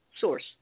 source